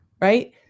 right